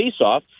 faceoff